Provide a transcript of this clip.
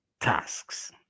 tasks